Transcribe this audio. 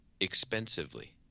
expensively